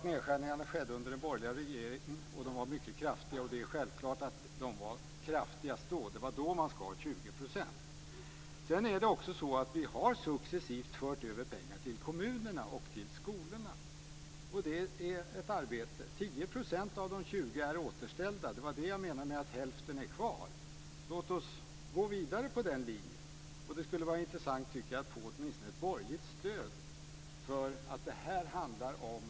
Nedskärningarna skedde under den borgerliga regeringen, och de var kraftiga. Det är självklart att de var kraftigast då. Det var då man skar Vi har successivt fört över pengar till kommunerna och till skolorna. Det är ett arbete. 10 % av de 20 är återställda. Det var det jag menade med att hälften är kvar. Låt oss gå vidare på den linjen. Det skulle vara intressant att få ett borgerligt stöd för att det är huvudproblemet.